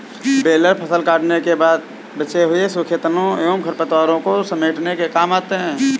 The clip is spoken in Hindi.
बेलर फसल कटने के बाद बचे हुए सूखे तनों एवं खरपतवारों को समेटने के काम आते हैं